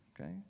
okay